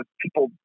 people